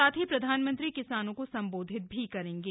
साथ ही प्रधानमंत्री किसानों को संबोधित भी करेंगे